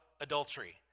adultery